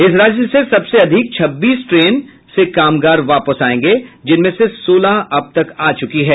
इस राज्य से सबसे अधिक छब्बीस ट्रेन से कामगार वापस आयेंगे जिनमें से सोलह अब तक आ चुकी है